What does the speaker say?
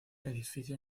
edificio